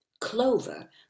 Clover